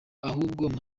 ahubwo